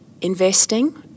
investing